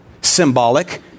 symbolic